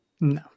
No